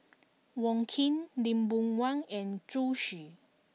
Wong Keen Lee Boon Wang and Zhu Xu